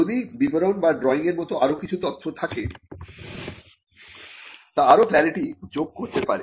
যদি বিবরণ বা ড্রইংয়ের মত আরো কিছু তথ্য থাকে তা আরো ক্লারিটি যোগ করতে পারে